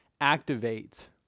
activate